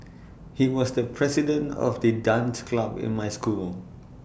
he was the president of the dance club in my school